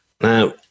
Now